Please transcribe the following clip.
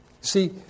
See